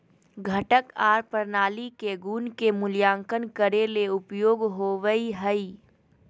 घटक आर प्रणाली के गुण के मूल्यांकन करे ले उपयोग होवई हई